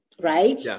right